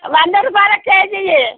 వంద రూపాయాలకు కేజీ ఇయ్యి